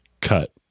Cut